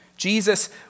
Jesus